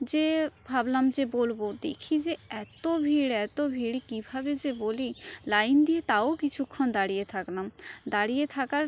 যেয়ে ভাবলাম যে বলব দেখি যে এত ভিড় এত ভিড় কীভাবে যে বলি লাইন দিয়ে তাও কিছুক্ষণ দাঁড়িয়ে থাকলাম দাঁড়িয়ে থাকার